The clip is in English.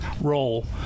role